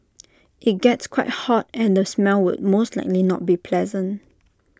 IT gets quite hot and the smell will most likely not be pleasant